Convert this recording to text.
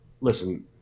listen